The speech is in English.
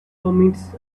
commits